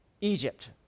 Egypt